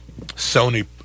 Sony